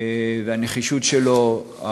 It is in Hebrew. והנחישות שלו,